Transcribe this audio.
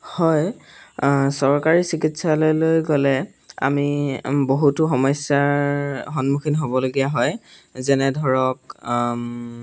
হয় চৰকাৰী চিকিৎসালয়লৈ গ'লে আমি বহুতো সমস্যাৰ সন্মুখীন হ'বলগীয়া হয় যেনে ধৰক